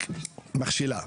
לצערי הרב, היא רק מכשילה.